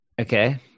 Okay